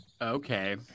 okay